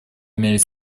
имеет